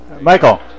Michael